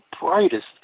brightest